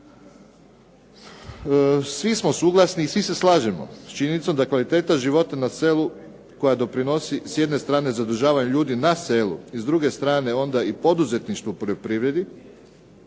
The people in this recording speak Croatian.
Svi smo suglasni i svi se slažemo s činjenicom da kvaliteta života na selu koja doprinosi s jedne strane zadržavanjem ljudi na selu, i s druge strane onda i poduzetništvo u poljoprivredi,